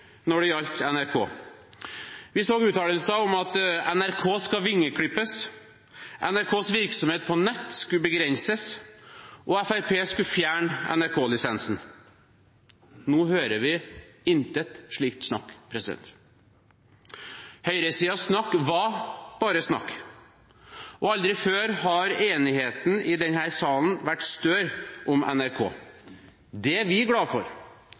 når det gjaldt NRK. Vi så uttalelser om at NRK skulle vingeklippes, NRKs virksomhet på nett skulle begrenses, og Fremskrittspartiet skulle fjerne NRK-lisensen. Nå hører vi intet slikt snakk. Høyresidens snakk var bare snakk. Aldri før har enigheten i denne salen vært større om NRK. Det er vi glad for,